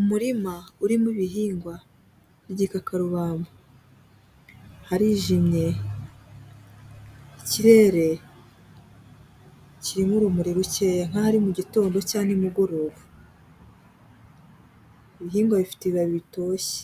Umurima urimo ibihingwa by'igikakarubamba, harijimye ikirere kirimo urumuri rukeya nk'aho ari mu gitondo cyangwa nimugoroba, ibihingwa bifite ibibabi bitoshye,